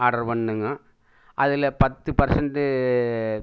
order பண்ணேங்க அதில் பத்து பர்சன்ட்டு